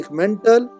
mental